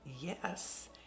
Yes